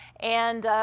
and